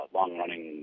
Long-running